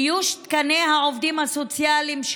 איוש תקני העובדים הסוציאליים,